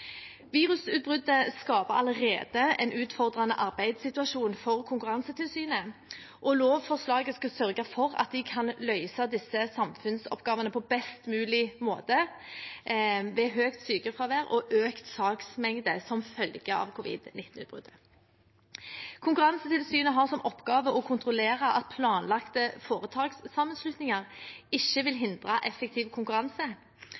Virusutbruddet skaper allerede en utfordrende arbeidssituasjon for Konkurransetilsynet. Lovforslaget skal sørge for at de kan løse sine samfunnsoppgaver på best mulig måte ved høyt sykefravær og økt saksmengde som følge av covid-19-utbruddet. Konkurransetilsynet har som oppgave å kontrollere at planlagte foretakssammenslutninger ikke vil hindre effektiv konkurranse.